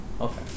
Okay